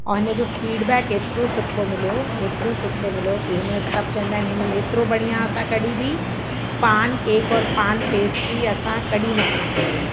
और हिनजो फ़ीडबैक एतिरो सुठो मिलियो एतिरो सुठो मिलियो की हेन सभु चवंदा आहिनि एतिरो बढ़िया असां कॾहिं कह बि पान केक और पान पेस्ट्री असां कॾहिं न खादी हुई